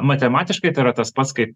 matematiškai tai yra tas pats kaip